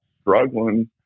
struggling